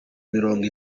mirongo